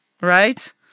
right